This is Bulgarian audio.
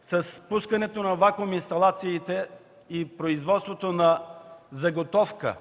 с пускането на вакууминсталациите и производството на заготовка.